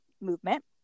movement